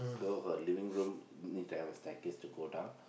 so her living room need to have a stair case to go down